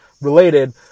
related